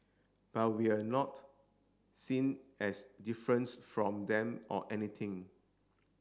but we're not seen as difference from them or anything